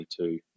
2022